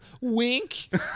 Wink